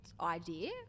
idea